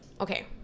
okay